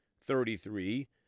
Thirty-three